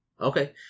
Okay